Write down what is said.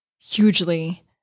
hugely